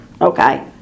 Okay